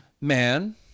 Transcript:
man